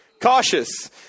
cautious